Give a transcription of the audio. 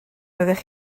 roeddech